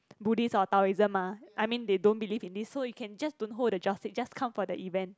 Buddhist or Taoism ah I mean they don't believe in this so you can just don't hold the joss stick just come for the event